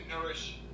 nourish